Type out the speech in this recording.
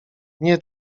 nie